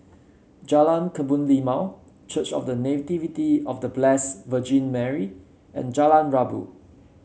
Jalan Kebun Limau Church of The Nativity of The Blessed Virgin Mary and Jalan Rabu